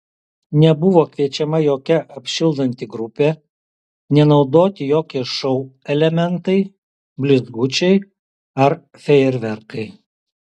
nebuvo kviečiama jokia apšildanti grupė nenaudoti jokie šou elementai blizgučiai ar fejerverkai